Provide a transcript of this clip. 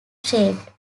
shaped